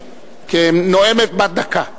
כנואמת בת דקה.